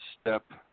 step